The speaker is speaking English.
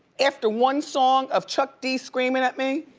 after one song of chuck d screaming at me.